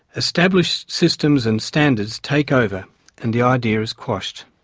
established systems and standards take over and the idea is quashed.